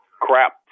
crap